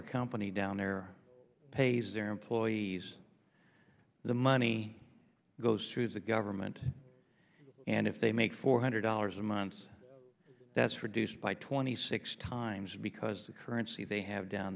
or company down there pays their employees the money goes to the government and if they make four hundred dollars a month that's for duce by twenty six times because the currency they have down